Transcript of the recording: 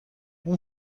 اون